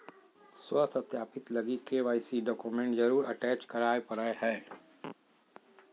स्व सत्यापित लगी के.वाई.सी डॉक्यूमेंट जरुर अटेच कराय परा हइ